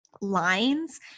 lines